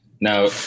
Now